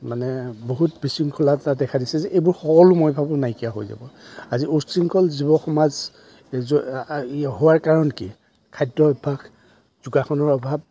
মানে বহুত বিশৃংখলতাই দেখা দিছে যে এইবোৰ সকলো মই ভাবোঁ নাইকিয়া হৈ যাব আজি উশৃংখল যুৱ সমাজ হোৱাৰ কাৰণ কি খাদ্য অভ্যাস যোগাসনৰ অভাৱ